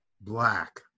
black